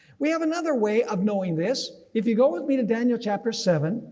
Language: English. we have another way of knowing this. if you go with me to daniel chapter seven,